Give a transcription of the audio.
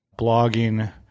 blogging